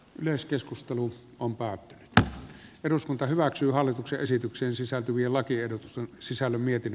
yleiskeskustelu on päättää eduskunta hyväksyy hallituksen esitykseen sisältyviä lakiehdotus on sisällä mietin